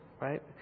Right